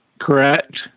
correct